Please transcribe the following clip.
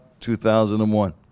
2001